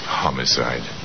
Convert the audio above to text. homicide